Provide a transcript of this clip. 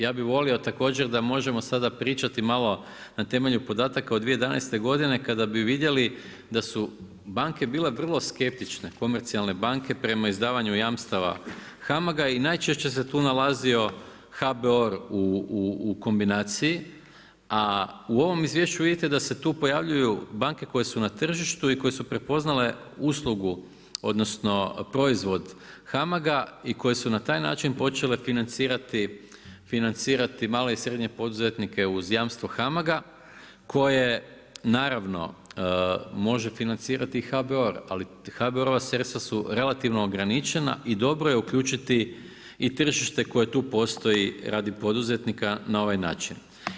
Ja bi volio također da možemo sada pričati malo na temelju podataka od 2011. godine, kada bi vidjeli da su banke bile vrlo skeptične, komercijalne banke, prema izdavanju jamstava HAMAG-a i najčešće se tu nalazio HBOR u kombinaciji, a u ovom izvješću vidite da se tu pojavljuju banke koje su na tržištu i koje su prepoznale uslugu odnosno, proizvod HAMAG-a i koje su na taj način počele financirati male i srednje poduzetnike uz jamstva HAMAG-a koje naravno može financirati i HBOR, ali HBOR-ova sredstva su relativno ograničena i dobro je uključiti i tržište koje tu postoji radi poduzetnika na ovaj način.